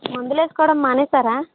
మందులేసుకోవడం మానేసారా